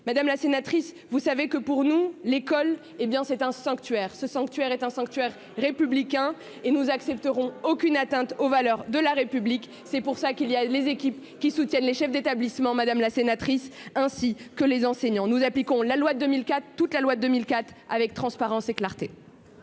madame la sénatrice, vous savez que pour nous, l'école, hé bien, c'est un sanctuaire, ce sanctuaire est un sanctuaire républicain et nous accepterons aucune atteinte aux valeurs de la République, c'est pour ça qu'il y a les équipes qui soutiennent les chefs d'établissement, madame la sénatrice, ainsi que les enseignants, nous appliquons la loi de mille quatre, toute la loi de 2004 avec transparence et clarté.